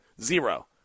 Zero